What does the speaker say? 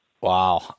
Wow